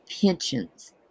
pensions